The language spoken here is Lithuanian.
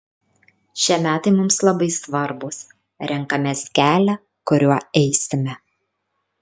šie metai mums labai svarbūs renkamės kelią kuriuo eisime